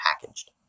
packaged